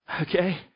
okay